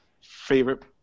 Favorite